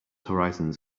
horizons